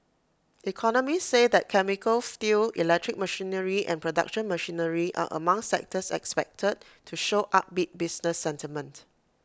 economists say that chemicals steel electric machinery and production machinery are among sectors expected to show upbeat business sentiment